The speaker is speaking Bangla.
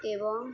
এবং